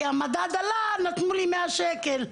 כי המדד עלה נתנו לי מאה ₪ נוספים.